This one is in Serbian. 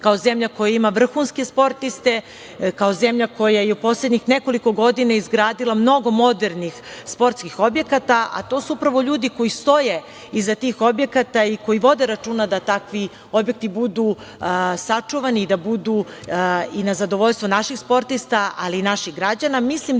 kao zemlja koja ima vrhunske sportiste, kao zemlja koja je u poslednjih nekoliko godina izgradila mnogo modernih sportskih objekata, a to su upravo ljudi koji stoje iza tih objekata i koji vode računa da takvi objekti budu sačuvani i da budu, i na zadovoljstvo naših sportista, ali i naših građana,